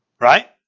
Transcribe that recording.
Right